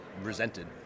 resented